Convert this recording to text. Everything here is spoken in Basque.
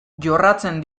jorratzen